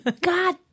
God